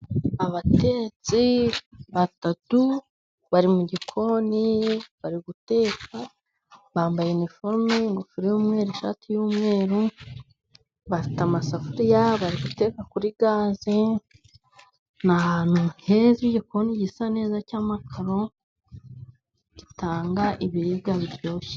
Abatetsi batatu bari mu gikoni bari guteka, bambaye iniforume, ingofero y'umweru, ishati y'umweru, bafite amasafuriya bari guteka kuri gaze. Ni ahantu heza, igikoni gisa neza cy’amakaro, gitanga ibiribwa biryoshye.